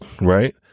right